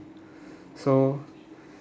so